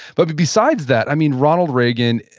but besides that, i mean, ronald reagan,